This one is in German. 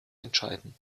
entscheiden